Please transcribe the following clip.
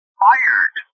fired